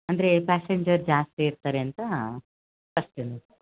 ಅಂದರೆ ಪ್ಯಾಸೆಂಜರ್ ಜಾಸ್ತಿ ಇರ್ತಾರೆ ಅಂತ ಅಷ್ಟು